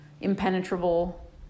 impenetrable